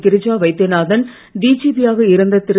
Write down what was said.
Girija Vaidyanathan DGP யாக இருந்த திரு